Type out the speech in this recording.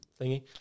thingy